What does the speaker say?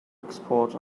export